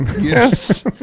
Yes